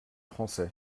français